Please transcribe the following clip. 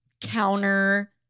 counter